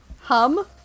Hum